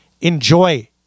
enjoy